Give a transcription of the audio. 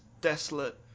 desolate